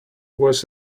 was